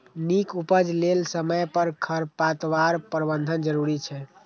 नीक उपज लेल समय पर खरपतवार प्रबंधन जरूरी छै